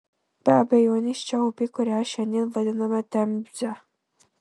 be abejonės čia upė kurią šiandien vadiname temze